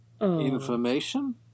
Information